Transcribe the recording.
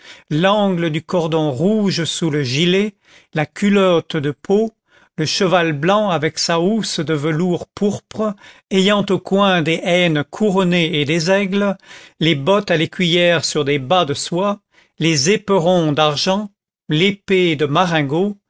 l'angle du cordon rouge sous le gilet la culotte de peau le cheval blanc avec sa housse de velours pourpre ayant aux coins des n couronnées et des aigles les bottes à l'écuyère sur des bas de soie les éperons d'argent l'épée de marengo